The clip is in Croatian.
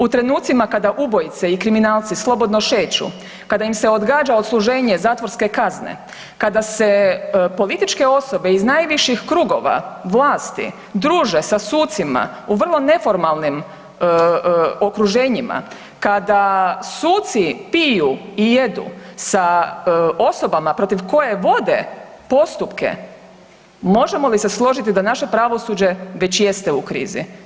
U trenucima kada ubojite i kriminalci slobodno šeću, kada im se odgađa odsluženje zatvorske kazne, kada se političke osobe iz najviših krugova vlasti druže sa sucima u vrlo neformalnim okruženjima, kada suci piju i jedu sa osobama protiv koje vode postupke možemo li se složiti da naše pravosuđe već jeste u krizi?